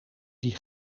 die